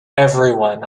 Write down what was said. everyone